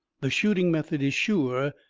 the shooting method is sure,